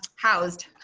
housed.